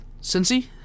Cincy